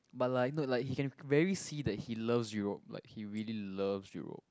but like not like he can very see that he loves Europe like he really loves Europe